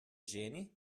ženi